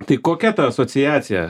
tai kokia ta asociacija